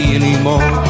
anymore